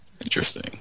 Interesting